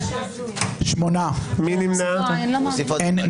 הצבעה לא אושרו.